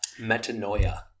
Metanoia